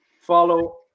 follow